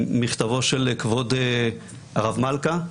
למכתבו של כבוד הרב מלכה,